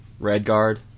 Redguard